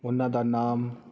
ਉਹਨਾਂ ਦਾ ਨਾਮ